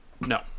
No